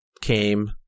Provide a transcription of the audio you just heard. came